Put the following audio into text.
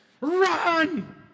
Run